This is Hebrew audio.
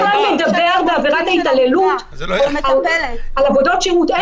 מי בכלל מדבר בעבירת ההתעללות על עבודות שירות?